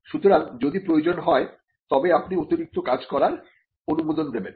সুতরাং যদি প্রয়োজন হয় তবে আপনি অতিরিক্ত কাজ করার অনুমোদন দেবেন